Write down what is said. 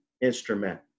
instrument